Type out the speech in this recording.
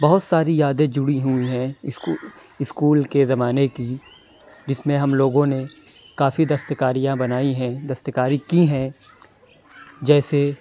بہت ساری یادیں جُڑیں ہوئی ہیں اسکول اسکول کے زمانے کی جس میں ہم لوگوں نے کافی دستکاریاں بنائی ہیں دستکاری کی ہیں جیسے